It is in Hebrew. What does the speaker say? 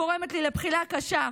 גורמת לי לבחילה קשה.